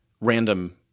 random